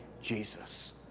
Jesus